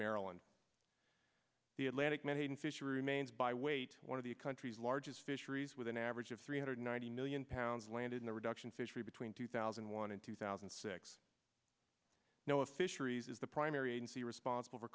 maryland the atlantic menhaden fish remains by weight one of the country's largest fisheries with an average of three hundred ninety million pounds of land in the reduction fishery between two thousand and one and two thousand and six know a fisheries is the primary agency responsible for